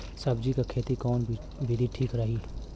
सब्जी क खेती कऊन विधि ठीक रही?